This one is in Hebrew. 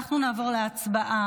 אנחנו נעבור להצבעה